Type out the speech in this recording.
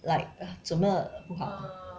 like 怎么不好